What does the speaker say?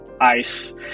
ice